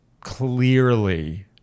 clearly